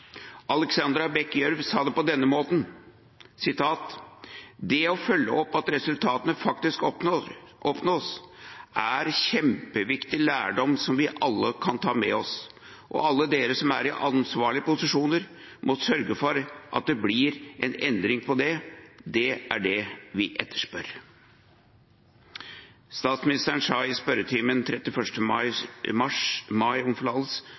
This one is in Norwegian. Alexandra Bech Gjørv sa det på denne måten: «Det å følge opp at resultatet faktisk oppnås, er en kjempeviktig lærdom som vi alle kan ta til oss, og alle dere som er i ansvarlige posisjoner, må sørge for at det blir en endring på det. Det er det vi etterspør.» Statsministeren sa i spørretimen den 31. mai